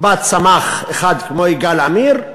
בה צמח אחד כמו יגאל עמיר,